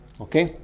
Okay